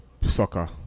soccer